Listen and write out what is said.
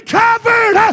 covered